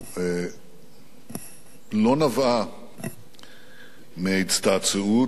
לא נבעה מהצטעצעות,